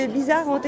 bizarre